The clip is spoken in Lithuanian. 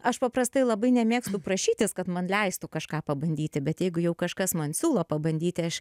aš paprastai labai nemėgstu prašytis kad man leistų kažką pabandyti bet jeigu jau kažkas man siūlo pabandyti aš